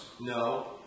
No